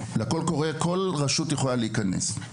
לקול קורא כל רשות יכולה להיכנס,